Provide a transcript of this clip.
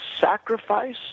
sacrifice